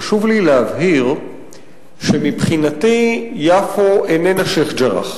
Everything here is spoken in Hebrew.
חשוב לי להבהיר שמבחינתי יפו איננה שיח'-ג'ראח.